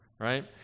right